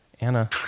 Anna